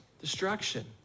destruction